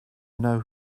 know